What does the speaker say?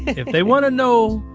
if they want to know,